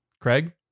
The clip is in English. Craig